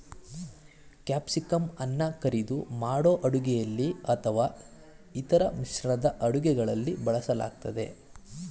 ಕ್ಯಾಪ್ಸಿಕಂಅನ್ನ ಕರಿದು ಮಾಡೋ ಅಡುಗೆಲಿ ಅಥವಾ ಇತರ ಮಿಶ್ರಣದ ಅಡುಗೆಗಳಲ್ಲಿ ಬಳಸಲಾಗ್ತದೆ